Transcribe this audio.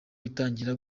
itangira